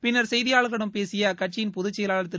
பின்னர் கெய்தியாளரிடம் பேசிய அக்கட்சியின் பொதுச் கெயலாளர் திரு